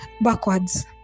backwards